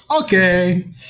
Okay